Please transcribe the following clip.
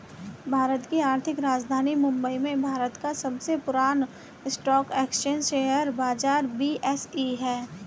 भारत की आर्थिक राजधानी मुंबई में भारत का सबसे पुरान स्टॉक एक्सचेंज शेयर बाजार बी.एस.ई हैं